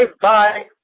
Bye